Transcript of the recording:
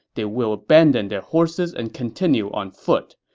they will abandon their horses and continue on foot,